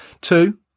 Two